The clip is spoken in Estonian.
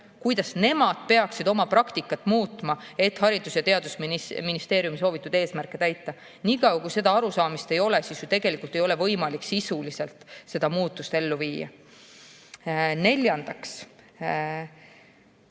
kuidas nemad peaksid oma praktikat muutma, et Haridus‑ ja Teadusministeeriumi soovitud eesmärke täita. Niikaua kui seda arusaamist ei ole, ei ole ju tegelikult võimalik seda muudatust sisuliselt ellu viia. Neljandaks.